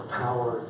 power